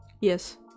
yes